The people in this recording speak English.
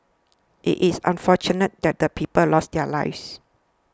it is unfortunate that the people lost their lives